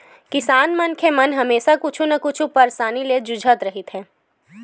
किसान मनखे मन हमेसा कुछु न कुछु परसानी ले जुझत रहिथे